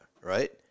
right